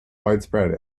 widespread